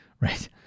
right